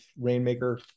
Rainmaker